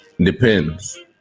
Depends